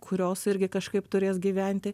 kurios irgi kažkaip turės gyventi